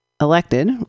elected